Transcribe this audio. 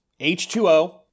H2O